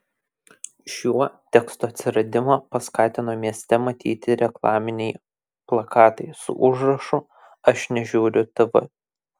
šiuo teksto atsiradimą paskatino mieste matyti reklaminiai plakatai su užrašu aš nežiūriu tv